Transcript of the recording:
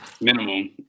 minimum